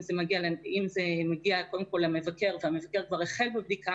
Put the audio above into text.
אם זה מגיע קודם כל למבקר והמבקר כבר החל בבדיקה,